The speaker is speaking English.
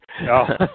No